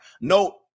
No